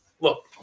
look